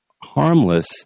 harmless